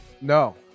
No